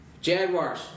Jaguars